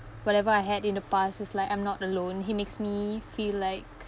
whatever I had in the past is like I'm not alone he makes me feel like